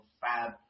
Fab